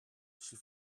she